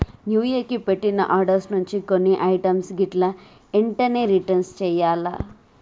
new year కి పెట్టిన orders నుంచి కొన్ని ఐటమ్స్ గిట్లా ఎంటనే రిటర్న్ చెయ్యాల్ల